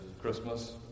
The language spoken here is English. Christmas